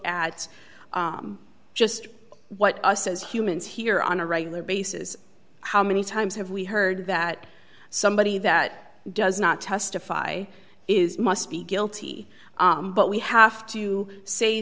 at just what us as humans here on a regular basis how many times have we heard that somebody that does not testify is must be guilty but we have to say